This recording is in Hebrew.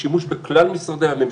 ושימוש בכלל משרדי הממשלה,